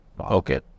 okay